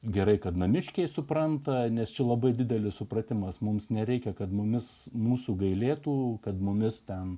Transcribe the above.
gerai kad namiškiai supranta nes čia labai didelis supratimas mums nereikia kad mumis mūsų gailėtų kad mumis tam